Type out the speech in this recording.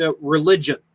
religion